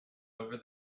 over